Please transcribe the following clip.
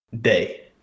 day